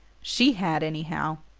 she had, anyhow.